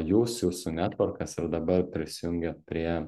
jūs jūsų netvorkas ir dabar prisijungiat prie